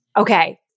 Okay